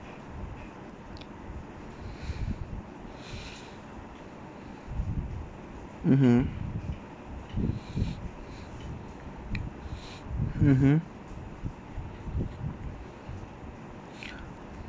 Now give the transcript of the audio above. mmhmm mmhmm